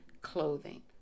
clothing